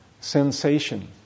sensation